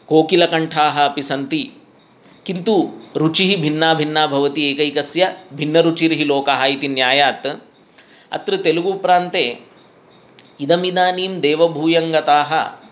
कोकिलकण्ठाः अपि सन्ति किन्तु रुचिः भिन्ना भिन्ना भवति एकैकस्य भिन्नरुचिर्हिलोकाः इति न्यायात् अत्र तेलुगुप्रान्ते इदम् इदानीं देवभूयङ्गताः